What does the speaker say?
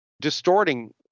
distorting